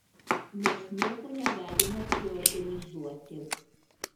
mes nieko negalime priorganizuoti